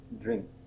drinks